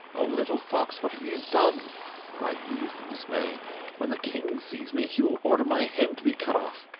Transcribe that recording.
oh, little fox, what have you done cried the youth in dismay when the king sees me he will order my head to be cut off